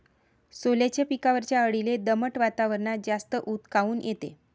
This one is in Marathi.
सोल्याच्या पिकावरच्या अळीले दमट वातावरनात जास्त ऊत काऊन येते?